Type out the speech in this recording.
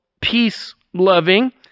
peace-loving